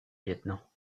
lieutenant